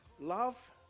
Love